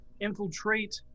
infiltrate